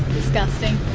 disgusting